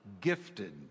gifted